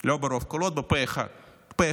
ברוב קולות, פה אחד.